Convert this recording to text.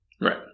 Right